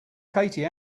katie